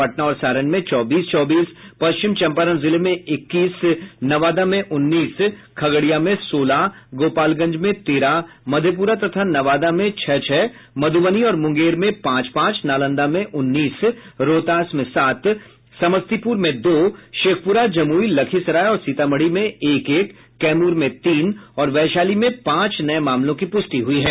पटना और सारण में चौबीस चौबीस पश्चिम चंपारण जिले में इक्कीस नवादा में उन्नीस खगड़िया में सोलह गोपालगंज में तेरह मधेपुरा तथा नवादा में छह छह मधुबनी और मुंगेर में पांच पांच नालंदा में उन्नीस रोहतास में सात समस्तीपुर में दो शेखपुरा जमुई लखीसराय और सीतामढ़ी में एक एक कैमूर में तीन और वैशाली में पांच नये मामलों की पुष्टि हुयी है